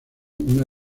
una